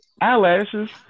eyelashes